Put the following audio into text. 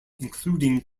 including